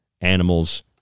animals